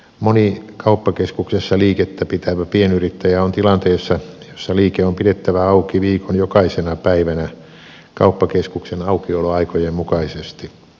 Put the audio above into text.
moni kauppakeskuksessa liikettä pitävä pienyrittäjä on tilanteessa jossa liike on pidettävä auki viikon jokaisena päivänä kauppakeskuksen aukioloaikojen mukaisesti